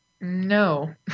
no